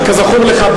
כזכור לך,